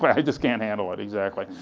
but i just can't handle it, exactly.